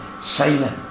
silent